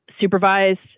supervised